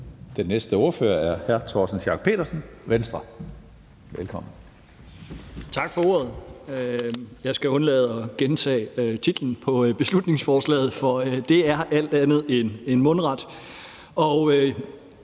Kl. 17:19 (Ordfører) Torsten Schack Pedersen (V): Tak for ordet. Jeg skal undlade at gentage titlen på belutningsforslaget, for den er alt andet end mundret.